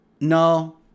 No